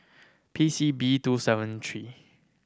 P C B two seven three